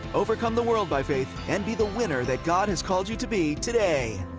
overcome the world by faith, and be the winner that god has called you to be today.